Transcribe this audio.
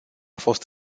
fost